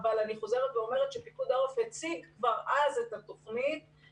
אבל אני חוזרת ואומרת שפיקוד העורף הציג כבר אז את התוכנית